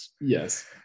Yes